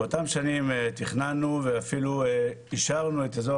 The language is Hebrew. באותם שנים תכננו ואפילו אישרנו את אזור